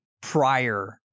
prior